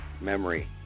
Memory